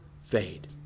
fade